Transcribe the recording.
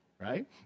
right